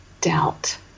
doubt